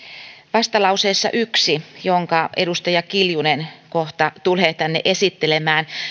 vastalauseessa yksi jonka edustaja kiljunen kohta tulee tänne esittelemään